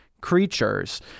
creatures